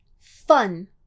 fun